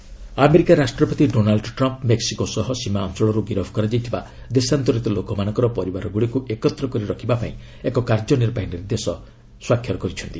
Trump immigration America ରାଷ୍ଟ୍ରପତି Donald Trump Mexico ସହ ସୀମା ଅଞ୍ଚଳରୁ ଗିରଫ କରାଯାଇଥିବା ଦେଶାନ୍ତରିତ ଲୋକମାନଙ୍କର ପରିବାରଗୁଡ଼ିକ୍ ଏକତ୍ର କରି ରଖିବାପାଇଁ ଏକ କାର୍ଯ୍ୟନିର୍ବାହୀ ନିର୍ଦ୍ଦେଶ ଜାରି କରିଛନ୍ତି